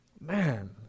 Man